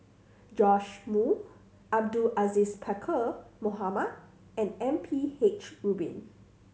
Joash Moo Abdul Aziz Pakkeer Mohamed and M P H Rubin